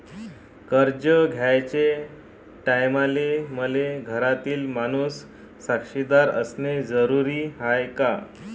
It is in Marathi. कर्ज घ्याचे टायमाले मले घरातील माणूस साक्षीदार असणे जरुरी हाय का?